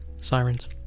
Sirens